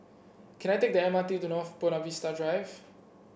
can I take the M R T to North Buona Vista Drive